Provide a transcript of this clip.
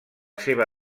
seva